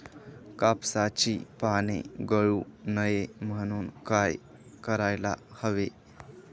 कापसाची पाने गळू नये म्हणून काय करायला हवे?